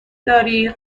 داری